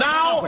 Now